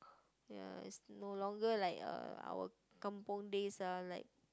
ya it's no longer like uh our kampung days ah like